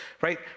right